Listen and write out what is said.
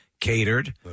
catered